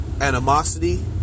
animosity